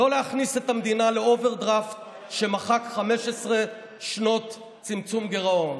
לא להכניס את המדינה לאוברדרפט שמחק 15 שנות צמצום גירעון,